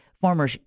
former